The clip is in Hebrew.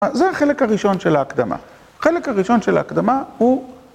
זה החלק הראשון של ההקדמה. החלק הראשון של ההקדמה הוא...